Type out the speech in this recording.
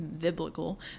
biblical